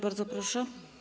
Bardzo proszę.